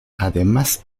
además